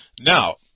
Now